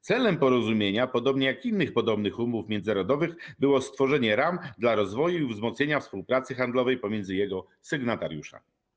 Celem porozumienia, podobnie jak innych podobnych umów międzynarodowych, było stworzenie ram dla rozwoju i wzmocnienia współpracy handlowej pomiędzy jego sygnatariuszami.